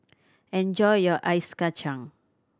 enjoy your Ice Kachang